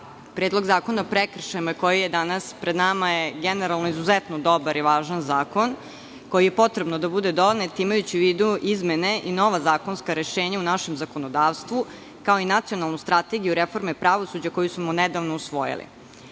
Predlog zakona o prekršajima koji je danas pred nama je generalno izuzetno dobar i važan zakon, koji je potrebno da bude donet, imajući u vidu izmene i nova zakonska rešenja u našem zakonodavstvu, kao i Nacionalnu strategiju reforme pravosuđa, koju smo nedavno usvojili. Sada